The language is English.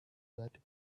that